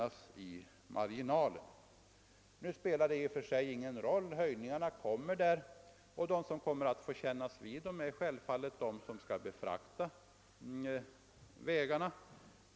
Nu spelar offentliggörandet i och för sig ingen roll — höjningen kommer, och de som utnyttjar landsvägstransporter får självfallet kännas vid den.